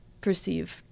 perceived